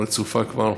הרצופה כבר,